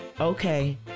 Okay